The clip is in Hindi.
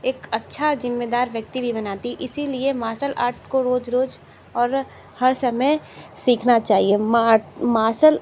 एक अच्छा जिम्मेदार व्यक्ति भी बनाती इसीलिए मार्सल आर्ट को रोज रोज और हर समय सीखना चाहिए मार्सल